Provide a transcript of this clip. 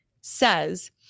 says